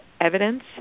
evidence